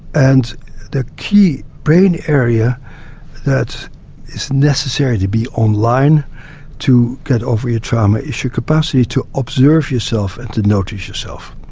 and the key brain area that is necessary to be on line to get over your trauma is your capacity to observe yourself and to notice yourself.